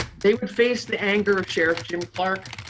they would face the anger of sheriff jim clark,